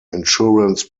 insurance